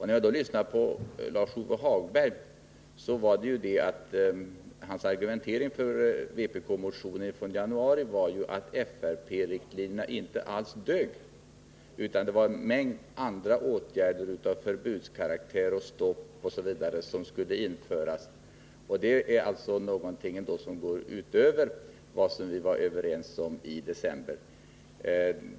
När jag sedan lyssnade på Lars-Ove Hagberg argumenterade han för vpk-motionen från januari genom att göra gällande att riktlinjerna för den fysiska riksplaneringen inte alls dög. Det var en mängd av andra åtgärder av förbudskaraktär som skulle införas — och det är någonting som går utöver vad vi var överens om i december.